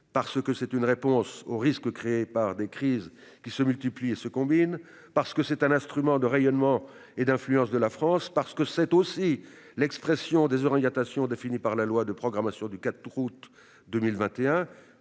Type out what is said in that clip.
aide, c'est une réponse aux risques créés par des crises qui se multiplient et se combinent. Cette aide, c'est aussi un instrument du rayonnement et de l'influence de la France. Cette aide, c'est enfin l'expression des orientations définies dans la loi de programmation du 4 août 2021,